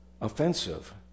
offensive